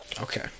Okay